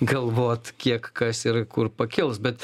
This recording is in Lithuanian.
galvot kiek kas ir kur pakils bet